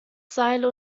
seile